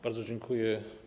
Bardzo dziękuję.